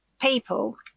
people